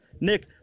Nick